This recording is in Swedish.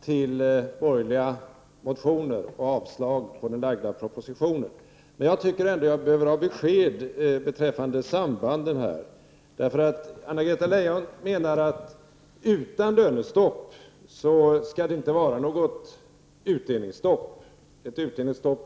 till borgerliga motioner och avslag på den proposition som har lagts fram. Men jag tycker ändå att jag behöver ha besked beträffande sambanden. Anna-Greta Leijon menar att det inte skall vara något utdelningsstopp om det inte blir lönestopp.